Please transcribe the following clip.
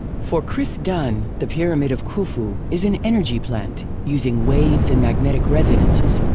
for chris dun the pyramid of khufu is an energy plant using waves and magnetic resonances,